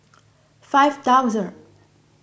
five thousandth